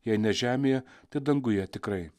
jei ne žemėje tai danguje tikrai